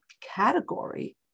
category